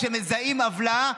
כשמזהים עוולה,